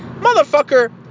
Motherfucker